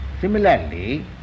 Similarly